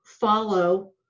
follow